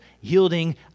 yielding